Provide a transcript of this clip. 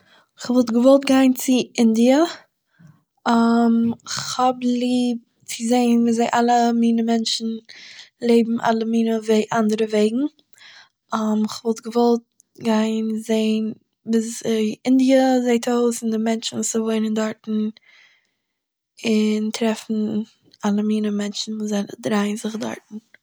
כ'וואלט געוואלט גיין צו אינדיע כ'האב ליב צו זעהן וויאזוי די אלע מיני מענטשן לעבן אלע מיני ווע- אנדערע וועגן, כ'וואלט געוואלט גיין זעהן וויאזוי אינדיע זעהט אויס און די מענטשן וואס וואוינען דארטן, און טרעפן אלע מיני מענטשן וואס זיי דרייען זיך דארטן